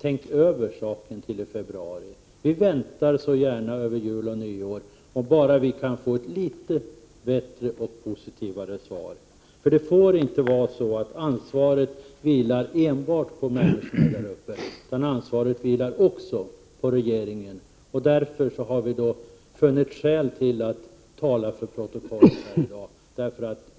tänk i alla fall över detta till i februari! Vi väntar så gärna över jul och nyår, om vi bara kan få ett litet bättre och positivare svar. Det får inte vara så, att ansvaret enbart vilar på människorna däruppe. Ansvaret vilar ju faktiskt också på regeringen. Mot den bakgrunden har vi funnit skäl att tala för protokollet här i dag.